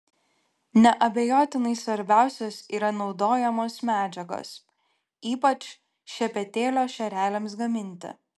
neabejotinai svarbiausios yra naudojamos medžiagos ypač šepetėlio šereliams gaminti